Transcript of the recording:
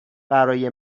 برای